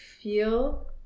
feel